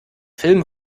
film